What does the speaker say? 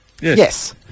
Yes